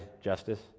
justice